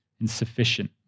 Insufficient